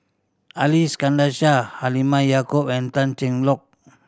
Ali Iskandar Shah Halimah Yacob and Tan Cheng Lock